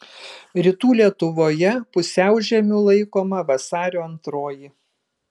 rytų lietuvoje pusiaužiemiu laikoma vasario antroji